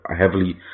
heavily